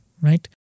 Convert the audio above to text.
right